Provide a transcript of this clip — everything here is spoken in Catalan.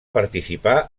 participar